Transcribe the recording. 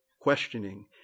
questioning